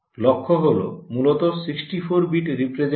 লক্ষ্য হল মূলত 64 বিট রিপ্রেজেন্ট করা